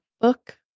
book